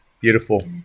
Beautiful